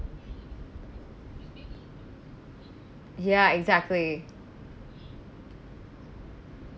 ya exactly